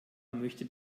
möchte